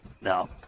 No